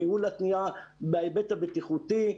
ניהול התנועה בהיבט הבטיחותי,